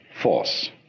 force